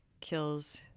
kills